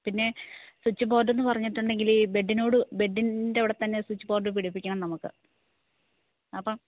പിന്നെ സ്വിച്ച് ബോര്ഡെന്ന് പറഞ്ഞിട്ട് ഉണ്ടെങ്കിൽ ഈ ബെഡിനോടു ബെഡിന്റവിടെത്തന്നെ സ്വിച്ച് ബോര്ഡ് പിടിപ്പിക്കണം നമുക്ക് അപ്പം